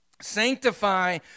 Sanctify